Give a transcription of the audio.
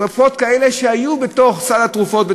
אלה תרופות שהיו בסל התרופות,